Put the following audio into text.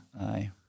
Aye